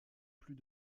plus